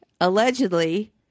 allegedly